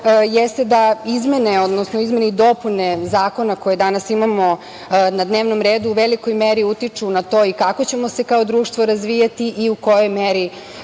jeste da izmene, odnosno izmene i dopune zakona koje danas imamo na dnevnom redu, u velikoj meri utiču na to i kako ćemo se kao društvo razvijati i u kojoj meri